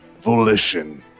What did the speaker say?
volition